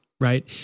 right